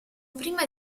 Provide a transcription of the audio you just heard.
prima